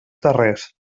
terrers